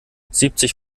siebzig